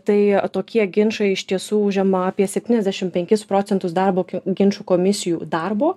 tai tokie ginčai iš tiesų užima apie septyniasdešim penkis procentus darbo ginčų komisijų darbo